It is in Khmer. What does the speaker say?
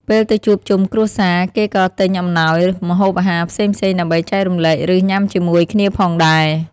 ពេលទៅជួបជុំគ្រួសារ គេក៏ទិញអំណោយ ម្ហូបអាហារផ្សេងៗដើម្បីចែករំលែក ឬ ញុាំជាមួយគ្នាផងដែរ។